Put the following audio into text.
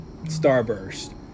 Starburst